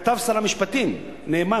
שר המשפטים נאמן,